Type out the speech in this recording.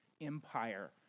empire